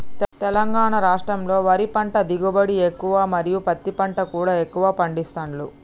తెలంగాణ రాష్టంలో వరి పంట దిగుబడి ఎక్కువ మరియు పత్తి పంట కూడా ఎక్కువ పండిస్తాండ్లు